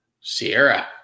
Sierra